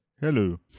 Hello